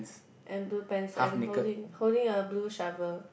and blue pants and holding holding a blue shovel